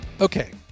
okay